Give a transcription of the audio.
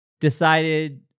decided